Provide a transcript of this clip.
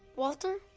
walter?